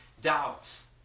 doubts